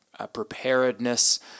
preparedness